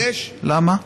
למה?